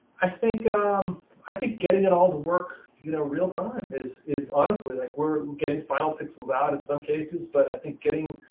i think um i think getting it all the work you know real-time is is honestly like we're getting final pixels out in some cases. but i think getting